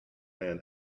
man